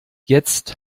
jetzt